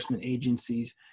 agencies